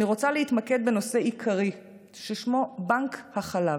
אני רוצה להתמקד בנושא עיקרי ששמו "בנק החלב".